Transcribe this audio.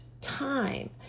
time